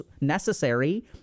necessary